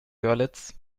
görlitz